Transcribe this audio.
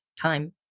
time